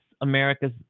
America's